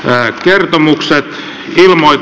tai kertomukset ja muut